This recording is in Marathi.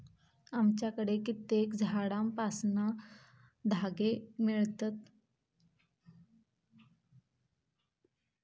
आमच्याकडे कित्येक झाडांपासना धागे मिळतत